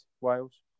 Wales